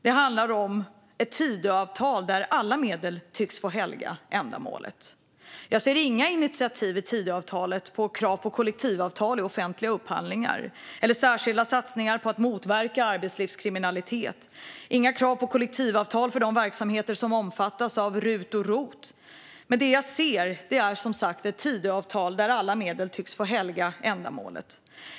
Den handlar om Tidöavtalet, ett avtal där ändamålet tycks få helga alla medel. Jag ser inga initiativ i Tidöavtalet till krav på kollektivavtal i offentliga upphandlingar eller särskilda satsningar på att motverka arbetslivskriminalitet. Jag ser inga krav på kollektivavtal för de verksamheter som omfattas av rut och rot. Det jag ser är som sagt ett avtal där ändamålet tycks få helga alla medel.